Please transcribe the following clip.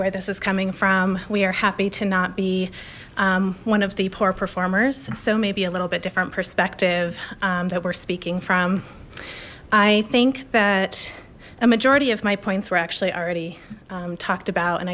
where this is coming from we are happy to not be one of the poor performers so maybe a little bit different perspective that we're speaking from i think that a majority of my points were actually already talked about and